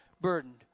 burdened